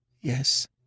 Yes